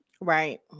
right